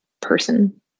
person